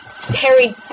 Harry